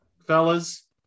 Fellas